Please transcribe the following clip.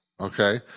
Okay